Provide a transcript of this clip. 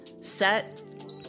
Set